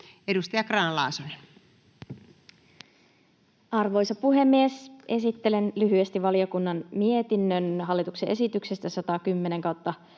Time: 16:19 Content: Arvoisa puhemies! Esittelen lyhyesti valiokunnan mietinnön hallituksen esityksestä 110/2021,